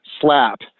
slap